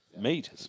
meat